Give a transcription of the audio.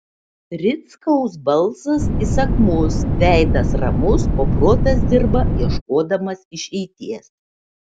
rickaus balsas įsakmus veidas ramus o protas dirba ieškodamas išeities